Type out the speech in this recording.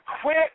quit